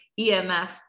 EMF